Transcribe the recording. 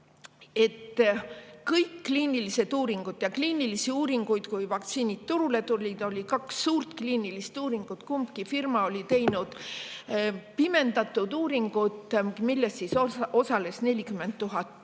et kõik kliinilised uuringud … Kui vaktsiinid turule tulid, oli kaks suurt kliinilist uuringut, kumbki firma oli teinud pimendatud uuringud, milles osales 40 000